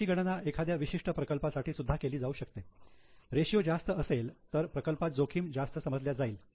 याची गणना एखाद्या विशिष्ट प्रकल्पासाठी सुद्धा केली जाऊ शकते रेषीयो जास्त असेल तर प्रकल्पात जोखीम जास्त समजल्या जाईल